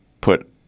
put